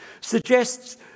suggests